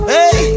Hey